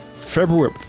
February